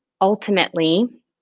ultimately